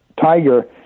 tiger